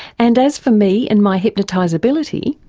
and as for me and my hypnotisability,